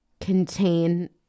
contain